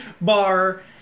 bar